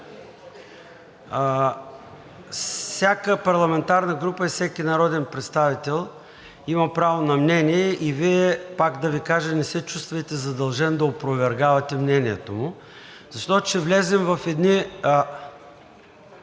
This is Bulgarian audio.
Всяка парламентарна група и всеки народен представител има право на мнение и Вие, пак да Ви кажа, не се чувствайте задължен да опровергавате мнението му, защото ще влезем в едни…